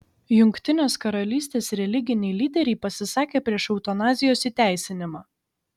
jungtinės karalystės religiniai lyderiai pasisakė prieš eutanazijos įteisinimą